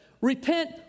Repent